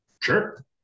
Sure